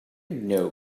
know